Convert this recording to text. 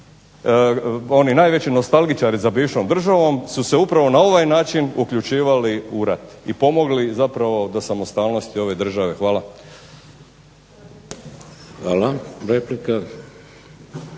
oni najveći nostalgičari za bivšom državom su se upravo na ovaj način uključivali u rat i pomogli zapravo do samostalnosti ove države. Hvala. **Šeks,